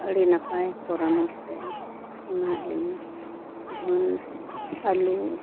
ᱟᱹᱰᱤ ᱱᱟᱯᱟᱭ ᱯᱚᱨᱟᱢᱚᱨᱥᱚ ᱮ ᱮᱢᱟ ᱞᱤᱧᱟ ᱡᱮᱢᱚᱱ ᱟᱹᱞᱤᱧ